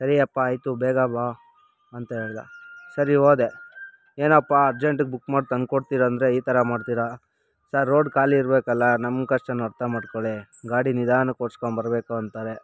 ಸರಿಯಪ್ಪಾ ಆಯಿತು ಬೇಗ ಬಾ ಅಂತ ಹೇಳ್ದ ಸರಿ ಹೋದೆ ಏನಪ್ಪ ಅರ್ಜೆಂಟಿಗೆ ಬುಕ್ ಮಾಡಿ ತಂದ್ಕೊಡ್ತೀರ ಅಂದರೆ ಈ ಥರ ಮಾಡ್ತೀರ ಸರ್ ರೋಡ್ ಖಾಲಿ ಇರಬೇಕಲ್ಲ ನಮ್ಮ ಕಷ್ಟನೂ ಅರ್ಥ ಮಾಡಿಕೊಳ್ಳಿ ಗಾಡಿ ನಿಧಾನಕ್ಕೆ ಓಡಿಸ್ಕೊಂಬರ್ಬೇಕು ಅಂತಾರೆ